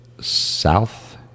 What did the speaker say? South